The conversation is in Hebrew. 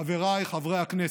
חבריי חברי הכנסת,